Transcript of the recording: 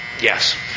Yes